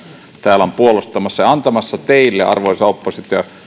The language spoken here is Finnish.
täällä on puolustamassa ja antamassa teille arvoisa oppositio